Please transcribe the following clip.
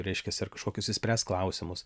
reiškias ar kažkokius išspręst klausimus